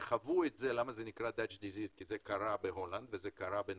זה נקרא מחלה הולנדית כי זה קרה בהולנד וקרה בנורבגיה,